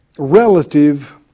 Relative